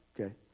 Okay